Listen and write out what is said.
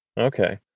Okay